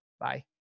Bye